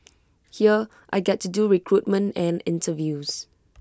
here I get to do recruitment and interviews